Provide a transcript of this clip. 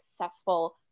successful